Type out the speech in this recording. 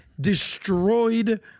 destroyed